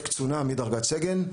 קצונה מדרגת סגן,